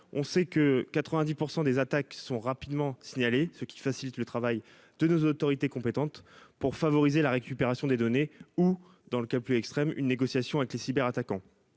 On sait que 90 % des attaques sont rapidement signalées, ce qui facilite le travail de nos autorités compétentes afin de favoriser la récupération des données ou, dans un cas extrême, d'engager une négociation avec les cyberattaquants.